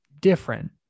different